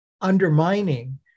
undermining